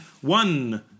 one